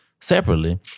separately